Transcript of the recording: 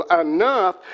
Enough